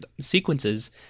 sequences